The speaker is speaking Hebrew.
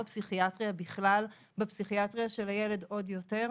בפסיכיאטריה בכלל ובפסיכיאטריה של הילד עוד יותר.